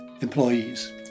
employees